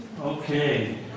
Okay